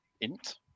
Int